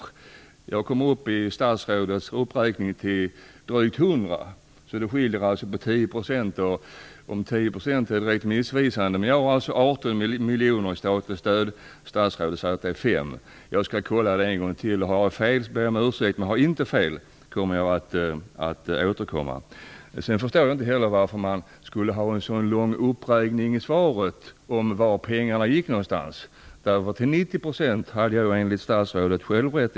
Statsrådet kom i sin uppräkning upp i drygt 100 miljoner. Det skiljer alltså ca 10 %. Jag har angett att det statliga stödet är 18 miljoner. Statsrådet säger att det är 5 miljoner. Jag skall kontrollera detta en gång till. Om jag har fel ber jag om ursäkt. Men om jag inte har fel kommer jag att återkomma. Jag förstår inte varför statsrådet gör en sådan lång uppräkning i svaret om vart pengarna går. Enligt statsrådet hade jag ju i alla fall till 90 % rätt.